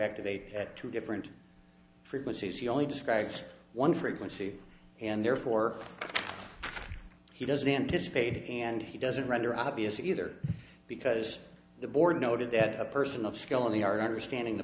activate at two different frequencies he only describes one frequency and therefore he doesn't anticipate and he doesn't render obvious either because the board noted that a person of skill in the art understanding the